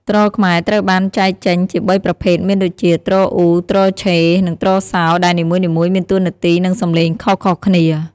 ទ្រខ្មែរត្រូវបានចែកចេញជា៣ប្រភេទមានដូចជា ទ្រអ៊ូ ទ្រឆេ និងទ្រសោដែលនីមួយៗមានតួនាទីនិងសំឡេងខុសៗគ្នា។